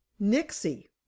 Nixie